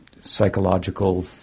psychological